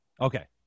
Okay